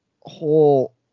whole